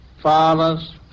fathers